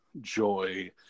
joy